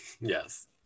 yes